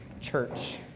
church